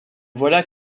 voilà